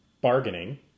bargaining